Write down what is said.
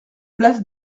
place